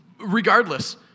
regardless